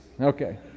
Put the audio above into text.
Okay